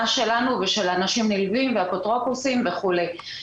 שלנו ושל אנשים נלווים ואפוטרופוסים וכולי.